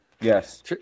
Yes